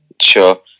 sure